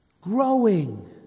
Growing